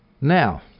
Now